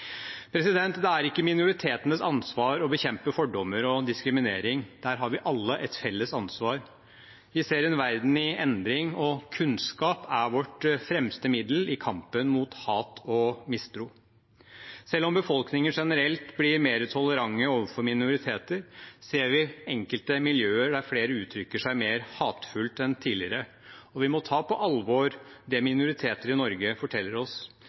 bekjempe fordommer og diskriminering, der har vi alle et felles ansvar. Vi ser en verden i endring, og kunnskap er vårt fremste middel i kampen mot hat og mistro. Selv om befolkningen generelt blir mer tolerante overfor minoriteter, ser vi enkelte miljøer der flere uttrykker seg mer hatefullt enn tidligere, og vi må ta på alvor det minoriteter i Norge forteller oss.